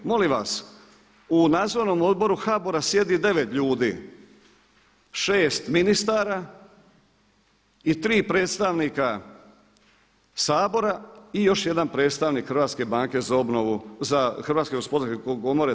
Molim vas u Nadzornom odboru HBOR-a sjedi 9 ljudi, 6 ministara i 3 predstavnika Sabora i još jedan predstavnik Hrvatske banke za obnovu, Hrvatske gospodarske komore.